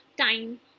time